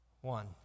One